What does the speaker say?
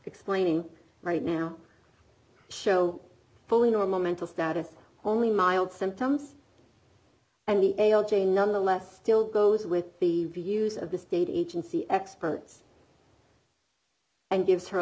explaining right now show fully normal mental status only mild symptoms and the a l j nonetheless still goes with the views of the state agency experts and gives her a